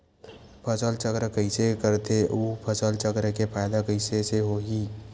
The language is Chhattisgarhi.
फसल चक्र कइसे करथे उ फसल चक्र के फ़ायदा कइसे से होही?